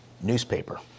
Newspaper